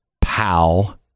pal